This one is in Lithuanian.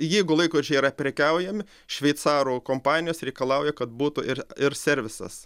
jeigu laikrodžiai yra prekiaujami šveicarų kompanijos reikalauja kad būtų ir ir servisas